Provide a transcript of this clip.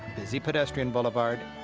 busy pedestrian boulevard,